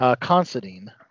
Considine